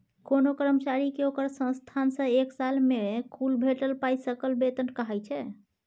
कोनो कर्मचारी केँ ओकर संस्थान सँ एक साल मे कुल भेटल पाइ सकल बेतन कहाइ छै